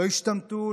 לא ישתמטו,